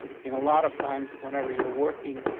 in a lot of times, whenever you're working,